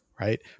right